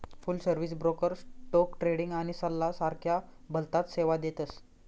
फुल service broker stock trading आणि सल्ला सारख्या भलताच सेवा देतस